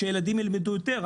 שילדים ילמדו יותר?